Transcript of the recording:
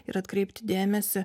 ir atkreipti dėmesį